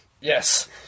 Yes